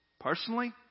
Personally